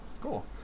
Cool